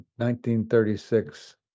1936